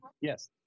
Yes